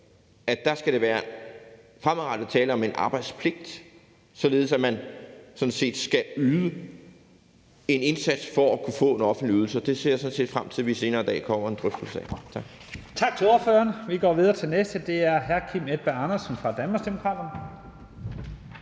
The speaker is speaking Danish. at der skal der fremadrettet være tale om en arbejdspligt, således at man skal yde en indsats for at kunne få en offentlig ydelse. Det ser jeg frem til at der senere i dag kommer en drøftelse